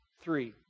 Three